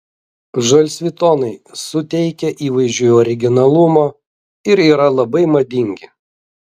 žalsvi tonai suteikia įvaizdžiui originalumo ir yra labai madingi